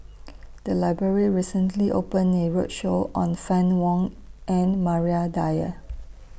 The Library recently open A roadshow on Fann Wong and Maria Dyer